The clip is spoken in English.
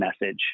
message